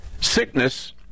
sickness